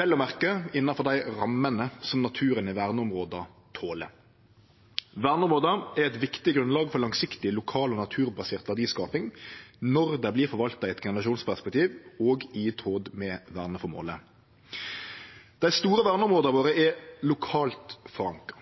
vel å merke innanfor dei rammene som naturen i verneområda toler. Verneområda er eit viktig grunnlag for langsiktig lokal og naturbasert verdiskaping når dei vert forvalta i eit generasjonsperspektiv og i tråd med verneføremålet. Dei store verneområda våre er lokalt forankra.